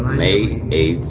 may eight,